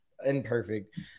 imperfect